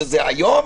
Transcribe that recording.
שזה היום,